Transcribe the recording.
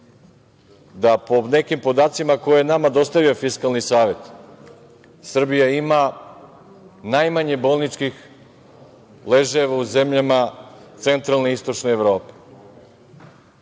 da po nekim podacima koji je nama dostavio Fiskalni savet, Srbija ima najmanje bolničkih ležajeva u zemljama centralne i istočne Evrope. Onda